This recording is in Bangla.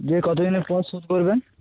দিয়ে কত দিনের পর শোধ করবেন